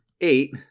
eight